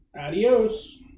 Adios